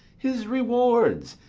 his rewards,